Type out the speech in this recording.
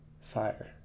fire